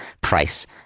price